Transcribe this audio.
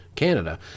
canada